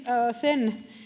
sen